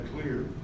clear